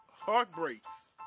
Heartbreaks